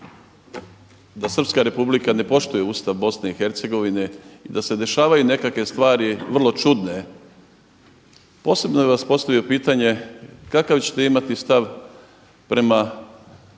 da Srpska Republika ne poštuje Ustav BIH i da se dešavaju nekakve stvari vrlo čudne. Posebno bi vam postavio pitanje kakav ćete imati stav prema